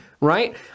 Right